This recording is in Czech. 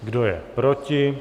Kdo je proti?